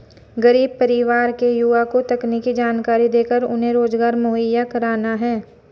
गरीब परिवार के युवा को तकनीकी जानकरी देकर उन्हें रोजगार मुहैया कराना है